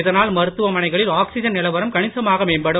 இதனால் மருத்துவ மனைகளில் ஆக்சிஜன் நிலவரம் கணிசமாக மேம்படும்